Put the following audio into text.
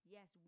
Yes